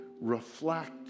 reflect